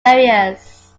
areas